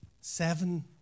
Seven